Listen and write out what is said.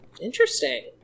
Interesting